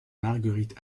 marguerite